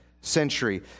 century